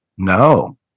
No